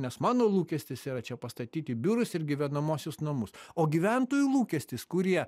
nes mano lūkestis yra čia pastatyti biurus ir gyvenamuosius namus o gyventojų lūkestis kurie